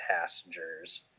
passengers